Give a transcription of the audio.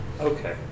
Okay